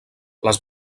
les